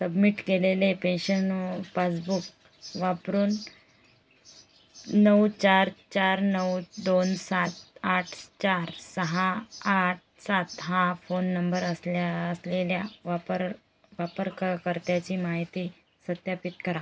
submit केलेले pension passbook वापरून नऊ चार चार नऊ दोन सात आठ चार सहा आठ सात हा फोन नंबर असल्या असलेल्या वापर वापरक कर्त्याची माहिती सत्यापित करा